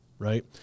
Right